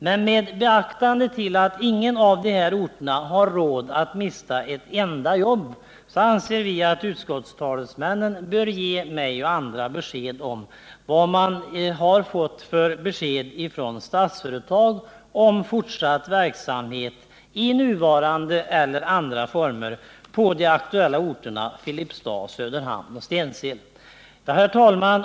Men med beaktande av att ingen av de här orterna har råd att mista ett enda jobb anser vi att utskottstalesmännen bör ge mig och andra uppgift om vad man har fått för besked från Statsföretag om fortsatt verksamhet i nuvarande eller andra former på de aktuella orterna Filipstad, Söderhamn och Stensele. Herr talman!